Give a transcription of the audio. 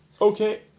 Okay